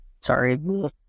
Sorry